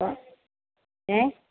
അപ്പോൾ എ